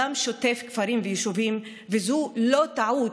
הדם שוטף כפרים ויישובים, וזו לא טעות,